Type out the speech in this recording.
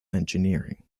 engineering